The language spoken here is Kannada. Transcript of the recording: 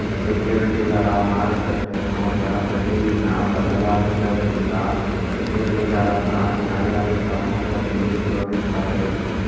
ಸೆಕ್ಯೂರಿಟಿಗಳ ಮಾರುಕಟ್ಟೆ ಮೌಲ್ಯ ಪ್ರತಿದಿನ ಬದಲಾಗುದರಿಂದ ಸೆಕ್ಯೂರಿಟಿಗಳನ್ನ ನ್ಯಾಯಯುತ ಮೌಲ್ಯದಲ್ಲಿ ತೋರಿಸ್ತಾರೆ